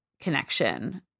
connection